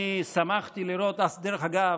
דרך אגב,